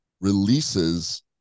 releases